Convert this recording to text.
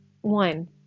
One